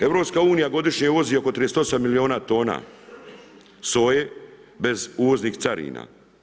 EU godišnje uvozi oko 38 milijuna tona soje bez uvoznih carina.